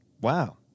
Wow